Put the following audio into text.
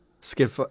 skip